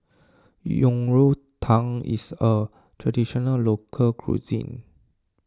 Yang Rou Tang is a Traditional Local Cuisine